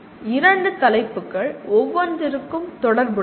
இரண்டு தலைப்புகள் ஒவ்வொன்றிற்கும் தொடர்புடையவை